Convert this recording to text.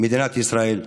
מדינת ישראל.